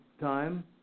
time